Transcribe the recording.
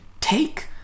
take